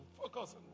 focus